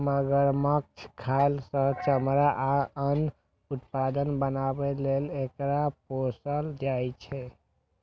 मगरमच्छक खाल सं चमड़ा आ आन उत्पाद बनाबै लेल एकरा पोसल जाइ छै